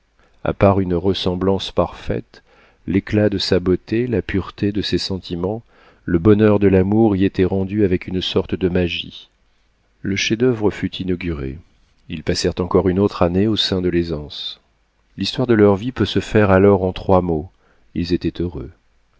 part une ressemblance parfaite l'éclat de sa beauté la pureté de ses sentiments le bonheur de l'amour y étaient rendus avec une sorte de magie le chef-d'oeuvre fut inauguré ils passèrent encore une autre année au sein de l'aisance l'histoire de leur vie peut se faire alors en trois mots ils étaient heureux